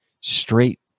straight